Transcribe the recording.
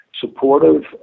supportive